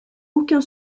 aucun